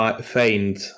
faint